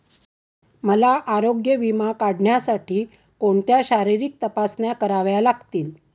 मला आरोग्य विमा काढण्यासाठी कोणत्या शारीरिक तपासण्या कराव्या लागतील?